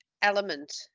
Element